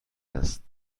هست